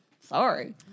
sorry